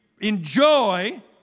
enjoy